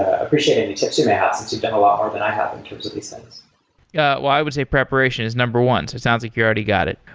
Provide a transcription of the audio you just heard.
ah appreciate any tips you may have since you've done a lot more than but i have in terms of these things yeah well, i would say preparation is number one. so it sounds like you already got it.